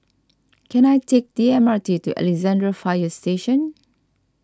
can I take the M R T to Alexandra Fire Station